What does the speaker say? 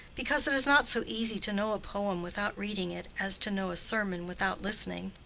because it is not so easy to know a poem without reading it as to know a sermon without listening.